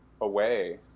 away